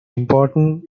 important